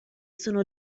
sono